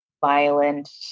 violent